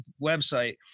website